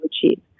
achieve